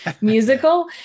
musical